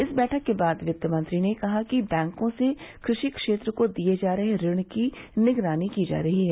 इस बैठक के बाद वित्त मंत्री ने कहा कि बैंकों से कृषि क्षेत्र को दिए जा रहे ऋण की निगरानी की जा रही है